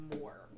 more